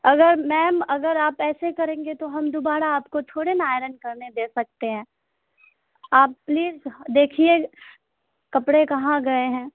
اگر میم اگر آپ ایسے کریں گے تو ہم دوبارہ آپ کو تھوڑے نا آئرن کرنے دے سکتے ہیں آپ پلیز دیکھیے کپڑے کہاں گئے ہیں